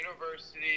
university